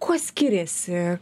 kuo skiriasi